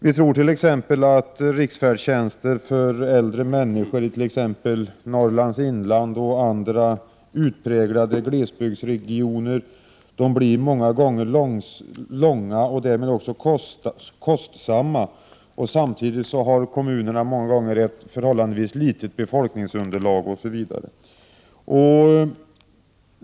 Vi tror t.ex. att riksfärdtjänster för äldre människor i t.ex. Norrlands inland och andra utpräglade glesbygdsregioner många gånger gäller långa och därmed också kostsamma resor. Samtidigt har många av dessa kommuner ett förhållandevis litet befolkningsunderlag, osv.